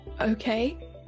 okay